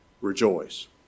rejoice